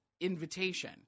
invitation